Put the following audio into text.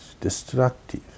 destructive